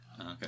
Okay